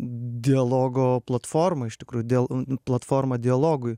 dialogo platforma iš tikrųjų dėl platformą dialogui